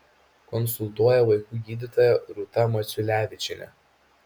konsultuoja vaikų gydytoja rūta maciulevičienė